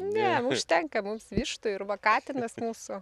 ne užtenka mums vištų ir va katinas mūsų